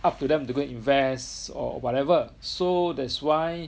up to them to go and invest or whatever so that's why